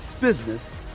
business